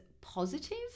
positive